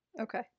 Okay